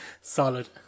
Solid